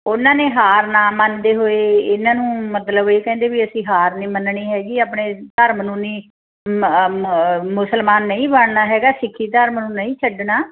ਉਹਨਾਂ ਨੇ ਹਾਰ ਨਾ ਮੰਨਦੇ ਹੋਏ ਇਹਨਾਂ ਨੂੰ ਮਤਲਬ ਇਹ ਕਹਿੰਦੇ ਵੀ ਅਸੀਂ ਹਾਰ ਨਹੀਂ ਮੰਨਣੀ ਹੈਗੀ ਆਪਣੇ ਧਰਮ ਨੂੰ ਨਹੀਂ ਮੁਸਲਮਾਨ ਨਹੀਂ ਬਣਨਾ ਹੈਗਾ ਸਿੱਖੀ ਧਰਮ ਨੂੰ ਨਹੀਂ ਛੱਡਣਾ